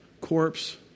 corpse